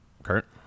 Kurt